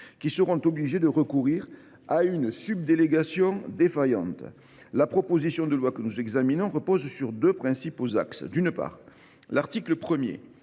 qui seront obligés de recourir à une subdélégation défaillante. La proposition de loi que nous examinons repose sur deux principaux axes. L’article 1